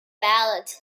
ballot